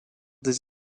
des